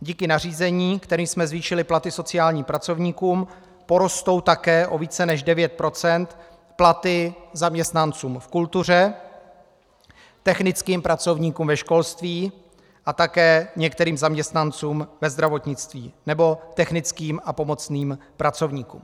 Díky nařízení, kterým jsme zvýšili platy sociálním pracovníkům, porostou také o více než 9 % platy zaměstnancům v kultuře, technickým pracovníkům ve školství a také některým zaměstnancům ve zdravotnictví nebo technickým a pomocným pracovníkům.